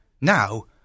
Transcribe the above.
Now